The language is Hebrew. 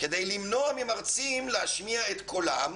כדי למנוע ממרצים להשמיע את קולם,